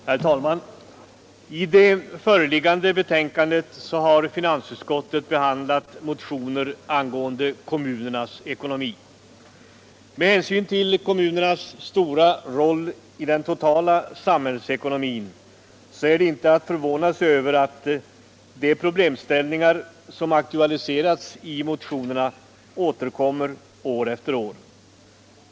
Herr talman! I det föreliggande betänkandet har finansutskottet behandlat motioner angående kommunernas ekonomi. Med hänsyn till kommunernas stora roll i den totala samhällsekonomin är det inte att förvåna sig över att de problemställningar som aktualiserats i motionerna återkommer år efter år.